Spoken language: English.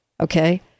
okay